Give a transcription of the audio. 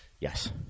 Yes